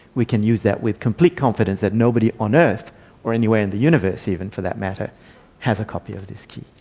we can use that with complete confidence that nobody on earth or anywhere in the universe even for that matter has a copy of this key.